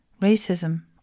racism